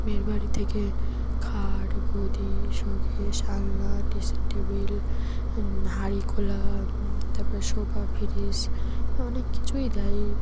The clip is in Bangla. মেয়ের বাড়ি থেকে খাট গদি শোকেস আলনা ড্রেসিং টেবিল হাঁড়ি কড়া তারপর সোফা ফ্রিজ অনেক কিছুই দেয়